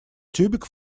тюбик